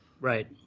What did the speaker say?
Right